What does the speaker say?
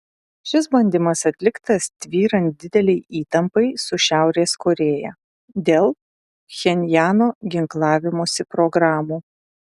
šis bandymas atliktas tvyrant didelei įtampai su šiaurės korėja dėl pchenjano ginklavimosi programų